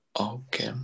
Okay